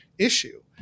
issue